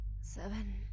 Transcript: Seven